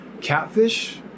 catfish